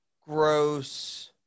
gross